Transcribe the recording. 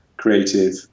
creative